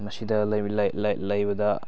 ꯃꯁꯤꯗ ꯂꯩꯕꯗ